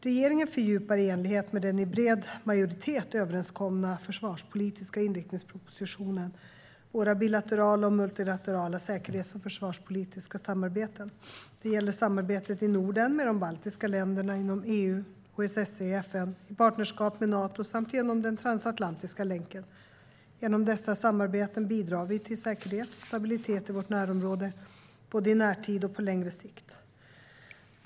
Regeringen fördjupar i enlighet med den i bred majoritet överenskomna försvarspolitiska inriktningspropositionen våra bilaterala och multilaterala säkerhets och försvarspolitiska samarbeten. Det gäller samarbetena i Norden, med de baltiska länderna, inom EU, OSSE och FN, i partnerskapet med Nato samt genom den transatlantiska länken. Genom dessa samarbeten bidrar vi till säkerhet och stabilitet i vårt närområde både i närtid och på längre sikt.